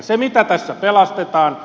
se mitä tässä pelastetaan